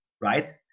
right